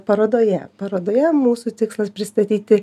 parodoje parodoje mūsų tikslas pristatyti